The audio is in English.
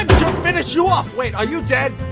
finish you off! wait are you dead.